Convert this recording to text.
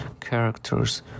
characters